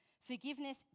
Forgiveness